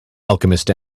alchemist